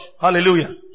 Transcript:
Hallelujah